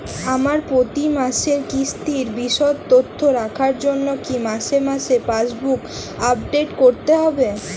আমার প্রতি মাসের কিস্তির বিশদ তথ্য রাখার জন্য কি মাসে মাসে পাসবুক আপডেট করতে হবে?